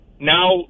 Now